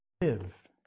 live